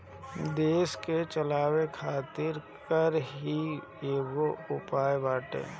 देस के चलावे खातिर कर ही एगो उपाय बाटे